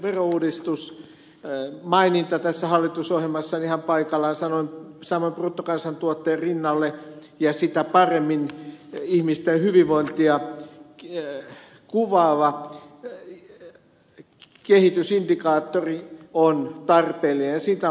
maininta ekologisesta verouudistuksesta tässä hallitusohjelmassa on ihan paikallaan samoin bruttokansantuotteen rinnalle sitä paremmin ihmisten hyvinvointia kuvaava kehitysindikaattori on tarpeellinen ja siitä on maininta